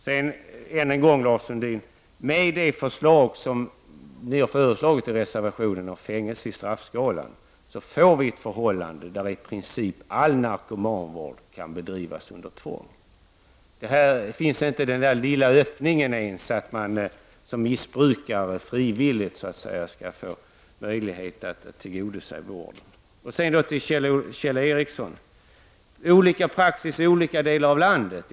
Jag vill än en gång påpeka för Lars Sundin att det förslag som ni lägger fram i reservationen om fängelse i straffskalan medför ett förhållande där i princip all narkomanvård kan bedrivas under tvång. Här finns inte ens den lilla öppningen att en missbrukare frivilligt skall få möjlighet att tillgodogöra sig vård. Kjell Ericsson säger att det är olika praxis i olika delar av landet.